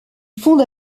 fonde